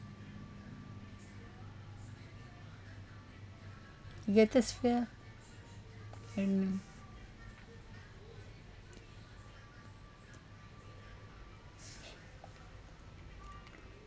greatest fear mm